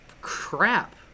crap